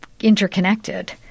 interconnected